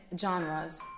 genres